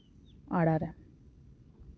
ᱟᱲᱟ ᱨᱮ